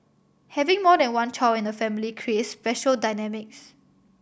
having more than one child in the family creates special dynamics